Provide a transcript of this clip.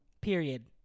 Period